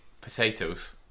potatoes